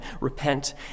Repent